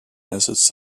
assets